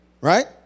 right